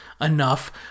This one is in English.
enough